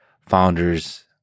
founders